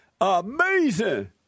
Amazing